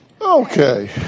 Okay